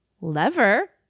lever